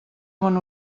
bon